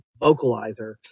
vocalizer